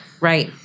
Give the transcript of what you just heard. Right